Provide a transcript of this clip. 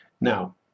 Now